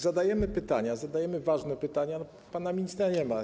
Zadajemy pytania, zadajemy ważne pytania, a pana ministra nie ma.